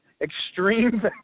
extreme